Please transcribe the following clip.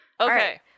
Okay